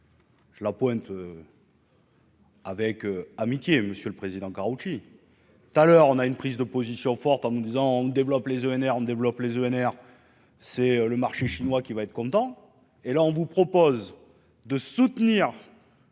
Je la pointe. Avec amitié, Monsieur le Président, Karoutchi tout à l'heure, on a une prise de position forte en me disant que développent les ENR ne développe les vénère, c'est le marché chinois qui va être content,